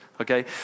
okay